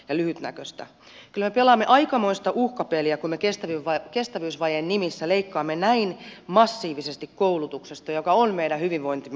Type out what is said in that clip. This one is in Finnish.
kyllä me pelaamme aikamoista uhkapeliä kun me kestävyysvajeen nimissä leikkaamme näin massiivisesti koulutuksesta joka on meidän hyvinvointimme kulmakivi